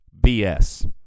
BS